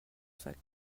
sac